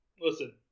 listen